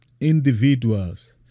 individuals